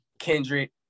Kendrick